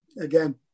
Again